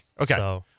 Okay